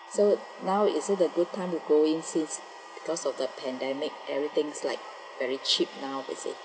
so now is it a good time to go in since because of the pandemic everything's like very cheap now is it